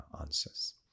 answers